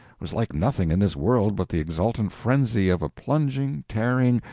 was like nothing in this world but the exultant frenzy of a plunging, tearing,